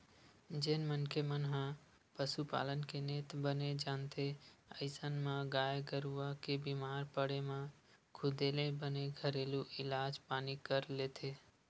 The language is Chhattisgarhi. जेन मनखे मन ह पसुपालन के नेत बने जानथे अइसन म गाय गरुवा के बीमार पड़े म खुदे ले बने घरेलू इलाज पानी कर लेथे